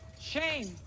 Shame